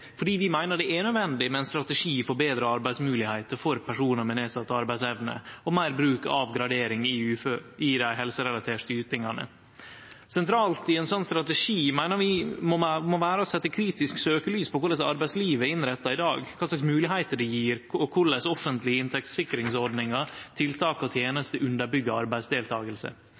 fordi vi meiner det er nødvendig med ein strategi for betre arbeidsmoglegheiter for personar med nedsett arbeidsevne og meir bruk av gradering i dei helserelaterte ytingane. Sentralt i ein slik strategi meiner vi må vere å setje kritisk søkjelys på korleis arbeidslivet er innretta i dag, kva slags moglegheiter det gir og korleis offentlege inntektssikringsordningar, tiltak og